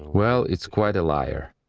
well, it's quite a liar.